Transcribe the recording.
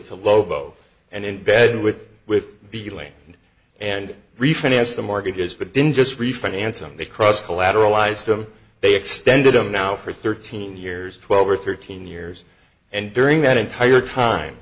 to low both and in bed with with the lane and refinance the mortgages but didn't just refinance them they cross collateralized them they extended them now for thirteen years twelve or thirteen years and during that entire time